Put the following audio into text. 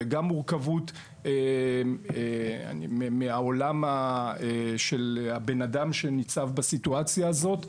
וגם מורכבות מהעולם של בן האדם שניצב בסיטואציה הזו.